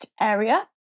area